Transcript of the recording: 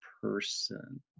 person